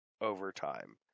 overtime